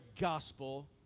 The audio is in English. gospel